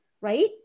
right